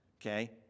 Okay